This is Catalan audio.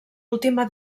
última